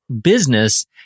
business